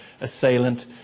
assailant